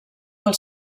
del